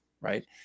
Right